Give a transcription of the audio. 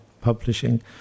publishing